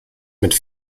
mit